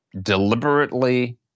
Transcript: deliberately